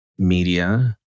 media